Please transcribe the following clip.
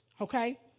Okay